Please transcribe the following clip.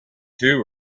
two